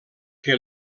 que